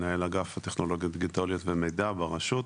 מנהל אגף טכנולוגיות דיגיטליות ומידע ברשות.